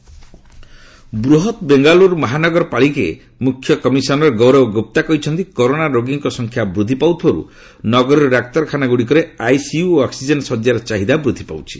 Bengaluru covid Bruhat Bengaluru Mahanagara Palike ମୁଖ୍ୟ commissioner Gaurav Gupta କହିଛନ୍ତି corona ରୋଗୀଙ୍କ ସଂଖ୍ୟା ବୃଦ୍ଧି ପାଉଥିବାରୁ ନଗରୀର ଡାକ୍ତରଖାନାଗୁଡ଼ିକରେ ଆଇସିୟୁ ଓ ଅକ୍ସିଜେନ ଶଯ୍ୟାର ଚାହିଦା ବୃଦ୍ଧି ପାଉଛି